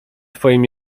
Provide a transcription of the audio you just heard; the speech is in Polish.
twoim